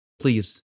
Please